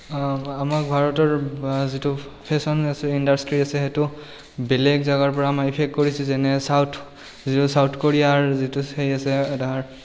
আমাৰ ভাৰতৰ যিটো ফেশ্ৱন আছে ইণ্ডাষ্ট্ৰী আছে সেইটো বেলেগ জেগাৰ পৰা আমাৰ ইফেক্ট কৰিছে যেনে ছাউথ যিটো ছাউথ কোৰিয়াৰ যিটো হেৰি আছে আধাৰ